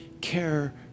care